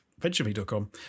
Venturebeat.com